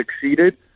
succeeded